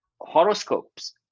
horoscopes